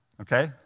Okay